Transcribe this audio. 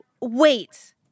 wait